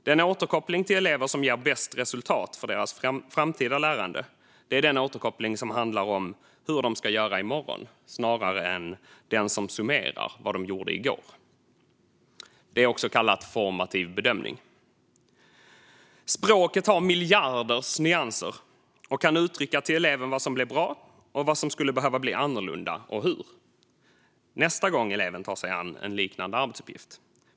Den återkoppling till elever som ger bäst resultat för deras framtida lärande är den återkoppling som handlar om hur de ska göra i morgon snarare än den som summerar vad de gjorde i går, så kallad formativ bedömning. Språket har miljarder nyanser och kan uttrycka till eleven vad som blev bra och vad som skulle behöva göras annorlunda, och hur, nästa gång eleven tar sig an en liknande arbetsuppgift.